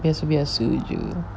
it has to be as usual